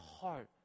heart